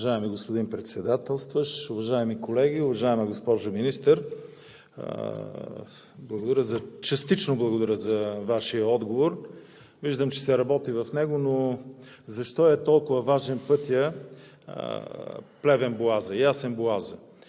Уважаеми господин Председателстващ, уважаеми колеги! Уважаема госпожо Министър, частично благодаря за Вашия отговор. Виждам, че се работи по него, но защо е толкова важен пътят Ясен – Боаза?